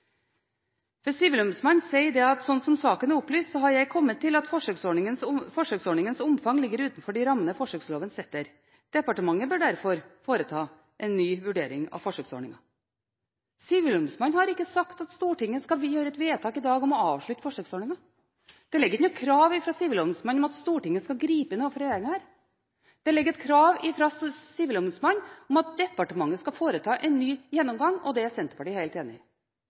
er Sivilombudsmannen sier, og hva han ikke sier. Sivilombudsmannen sier: «Slik saken er opplyst har jeg kommet til at forsøksordningens omfang ligger utenfor de rammer forsøksloven setter. Departementet bør derfor foreta en ny vurdering av forsøksordningen.» Sivilombudsmannen har ikke sagt at Stortinget skal gjøre et vedtak i dag om å avslutte forsøksordningen. Det ligger ikke noe krav fra Sivilombudsmannen om at Stortinget skal gripe inn overfor regjeringen her. Det ligger et krav fra Sivilombudsmannen om at departementet skal foreta en ny gjennomgang. Det er vi i Senterpartiet helt enig i.